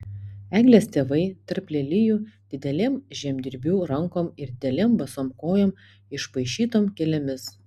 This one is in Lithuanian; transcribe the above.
eglės tėvai tarp lelijų didelėm žemdirbių rankom ir didelėm basom kojom išpaišytom gėlėmis